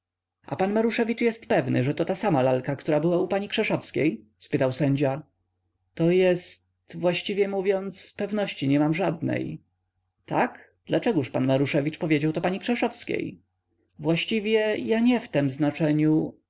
a pan maruszewicz jest pewny że to ta sama lalka która była u pani krzeszowskiej spytał sędzia to jest właściwie mówiąc pewności nie mam żadnej tak dlaczegoż pan maruszewicz powiedział to pani krzeszowskiej właściwie ja nie w tem znaczeniu